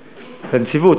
בנציבות?